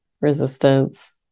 resistance